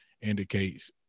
indicates